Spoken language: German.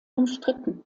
umstritten